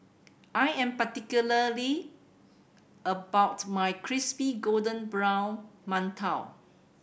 I am particularly about my crispy golden brown mantou